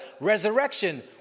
resurrection